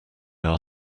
are